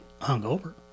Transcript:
hungover